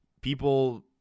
people